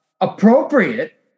appropriate